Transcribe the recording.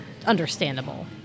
understandable